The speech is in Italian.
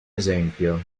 esempio